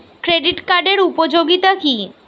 Credit কার্ডের উপযোগিতা কি?